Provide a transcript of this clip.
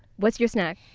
what's your snack?